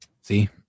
See